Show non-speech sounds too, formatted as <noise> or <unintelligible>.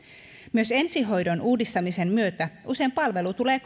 myös ensihoidon uudistamisen myötä palvelu tulee <unintelligible>